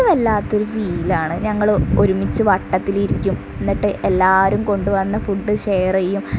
അത് വല്ലാത്തൊരു ഫീൽ ആണ് ഞങ്ങൾ ഒരുമിച്ച് വട്ടത്തിലിരിക്കും എന്നിട്ട് എല്ലാവരും കൊണ്ടുവന്ന ഫുഡ് ഷെയർ ചെയ്യും